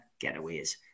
Getaways